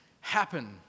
happen